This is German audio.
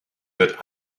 wird